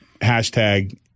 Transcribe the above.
Hashtag